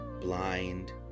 blind